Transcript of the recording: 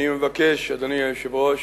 אני מבקש, אדוני היושב-ראש,